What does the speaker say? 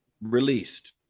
released